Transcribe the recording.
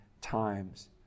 times